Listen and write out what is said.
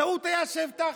הטעות הייתה שהבטחנו.